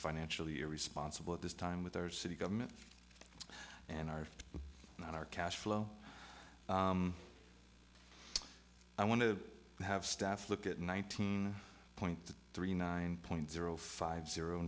financially irresponsible at this time with our city government and our not our cash flow i want to have staff look at nineteen point three nine point zero five zero